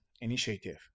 initiative